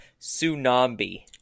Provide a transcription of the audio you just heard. Tsunami